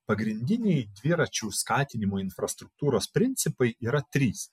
pagrindiniai dviračių skatinimo infrastruktūros principai yra trys